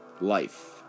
Life